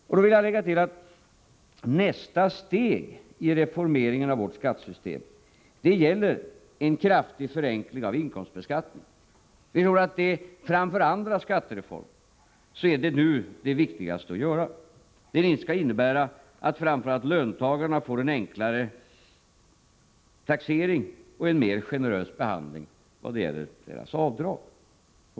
Jag vill lägga till att nästa steg i reformeringen av vårt skattesystem gäller en kraftig förenkling av inkomstbeskattningen. Vi tror att detta framför andra skattereformer nu är det viktigaste att göra. Det skall innebära att framför allt löntagarna får en enklare taxering och en mer generös behandling vad gäller sina avdrag.